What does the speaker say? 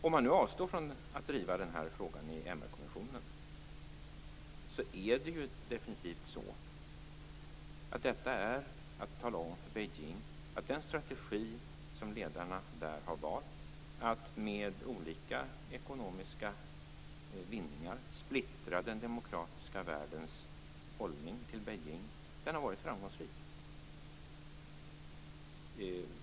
Om man nu avstår från att driva den här frågan i MR-kommissionen är detta definitivt att tala om för Beijing att den strategi som ledarna där har valt, dvs. att med olika ekonomiska vinningar splittra den demokratiska världens hållning till Beijing, har varit framgångsrik.